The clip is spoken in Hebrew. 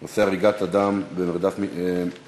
בנושא: הריגת אדם במרדף משטרתי.